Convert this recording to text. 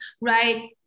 right